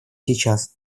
сейчас